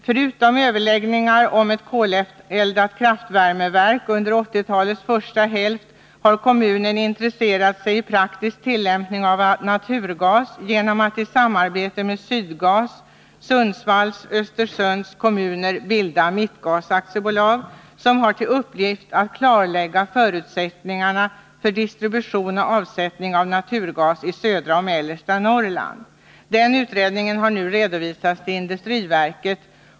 Förutom överläggningar om uppförande av ett koleldat kraftvärmeverk under 1980-talets första hälft har kommunen intresserat sig för praktisk tillämpning av naturgas, genom att i samarbete med Sydgas AB, Sundsvalls och Östersunds kommuner bilda Mittgas AB, som har till uppgift att klarlägga förutsättningarna för distribution och avsättning av naturgas i södra och mellersta Norrland. Den utredningen har nu redovisats till industriverket.